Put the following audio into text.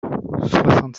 soixante